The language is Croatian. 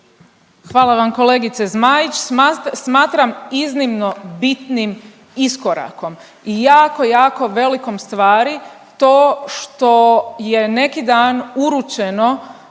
Hvala vam kolegice Zmaić. Smatram iznimno bitnim iskorakom i jako, jako velikom stvari to što je neki dan uručeno